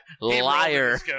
Liar